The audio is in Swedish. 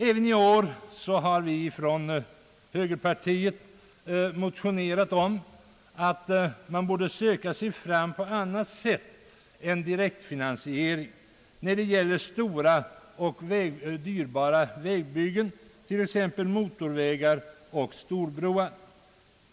Även i år har vi motionerat om att man borde söka sig fram på annat sätt än genom direktfinansiering när det gäller stora och dyrbara vägbyggen, t.ex. motorvägar och storbroar.